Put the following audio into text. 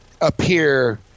appear